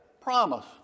promise